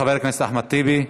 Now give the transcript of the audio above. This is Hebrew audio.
חבר הכנסת אחמד טיבי,